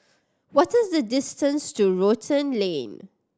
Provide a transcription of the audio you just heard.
what is the distance to Rotan Lane